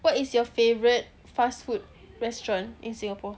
what is your favourite fast food restaurant in Singapore